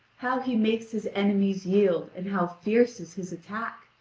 how he makes his enemies yield, and how fierce is his attack!